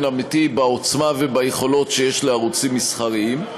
אמיתי בעוצמה וביכולות שיש לערוצים מסחריים.